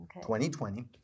2020